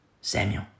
Samuel